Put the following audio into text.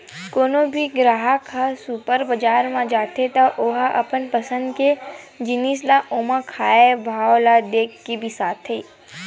कोनो भी गराहक ह सुपर बजार म जाथे त ओ ह अपन पसंद के जिनिस ल ओमा लिखाए भाव ल देखके बिसाथे